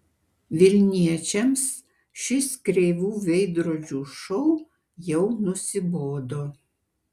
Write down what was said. vilniečiams šis kreivų veidrodžių šou jau nusibodo